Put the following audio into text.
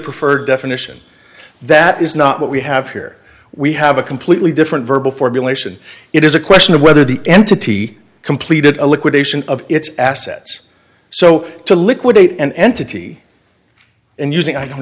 preferred definition that is not what we have here we have a completely different verbal formulation it is a question of whether the entity completed a liquidation of its assets so to liquidate an entity and using i don't